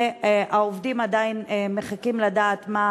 והעובדים עדיין מחכים לדעת מה